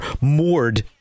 moored